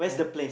and